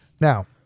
Now